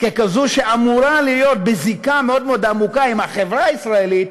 ככזו שאמורה להיות בזיקה מאוד מאוד עמוקה עם החברה הישראלית,